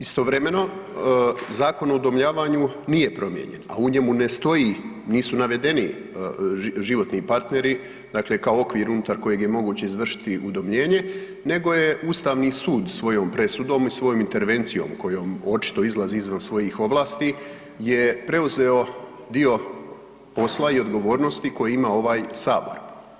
Istovremeno, Zakon o udomljavanju nije promijenjen a u njemu ne stoji, nisu navedeni životni partneri dakle kao okvir unutar kojeg je moguće izvršiti udomljenje nego je Ustavni sud svojom presudom i svojom intervencijom kojom očito izlazi izvan svojih ovlasti, je preuzeo dio posla i odgovornosti koje ima ovaj Sabor.